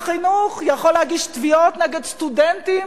שר החינוך יכול להגיש תביעות נגד סטודנטים